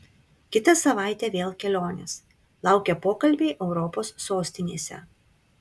kitą savaitę vėl kelionės laukia pokalbiai europos sostinėse